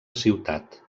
ciutat